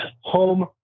home